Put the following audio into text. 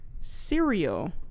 cereal